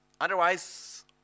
Otherwise